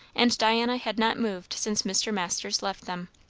and diana had not moved since mr. masters left them.